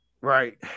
Right